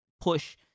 push